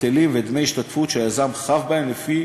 היטלים ודמי השתתפות שהיזם חב בהם לפי